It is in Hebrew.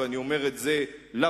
ואני אומר את זה לפרוטוקול.